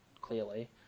clearly